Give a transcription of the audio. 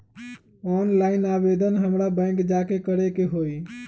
Online आवेदन हमरा bank जाके करे के होई?